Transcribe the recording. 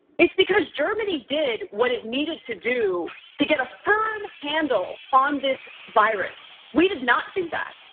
it's because germany did what it needed to do to get a firm handle on this virus. we did not do that.